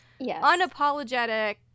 Unapologetic